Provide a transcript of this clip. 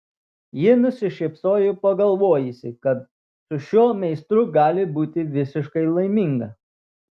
ji nusišypsojo pagalvojusi kad su šiuo meistru gali būti visiškai laiminga